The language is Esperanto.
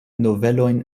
novelojn